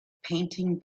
painting